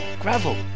gravel